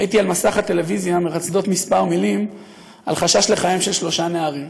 ראיתי על מסך הטלוויזיה מרצדות כמה מילים על חשש לחייהם של שלושה נערים.